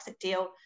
deal